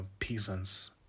peasants